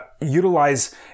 utilize